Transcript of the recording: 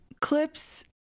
clips